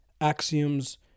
axioms